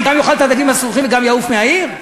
אני גם אוכל את הדגים הסרוחים וגם אעוף מהעיר?